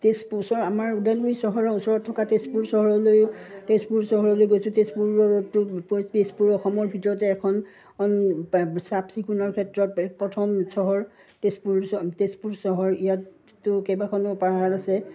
তেজপুৰ ওচৰ আমাৰ ওদালগুৰি চহৰৰ ওচৰত থকা তেজপুৰ চহৰলৈও তেজপুৰ চহৰলৈ গৈছোঁ তেজপুৰতো তেজপুৰ অসমৰ ভিতৰতে এখন চাফ চিকুণৰ ক্ষেত্ৰত প্ৰথম চহৰ তেজপুৰ তেজপুৰ চহৰ ইয়াতটো কেইবাখনো পাহাৰ আছে